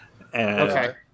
Okay